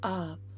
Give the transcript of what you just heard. up